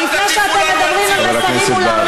אתם אנטי-ציונים,